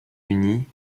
unis